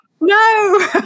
No